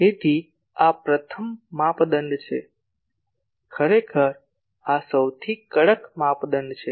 તેથી આ પ્રથમ માપદંડ છે ખરેખર આ સૌથી કડક માપદંડ છે